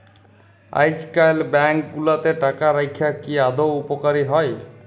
আইজকাল ব্যাংক গুলাতে টাকা রাইখা কি আদৌ উপকারী হ্যয়